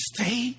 Stay